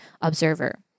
observer